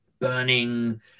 burning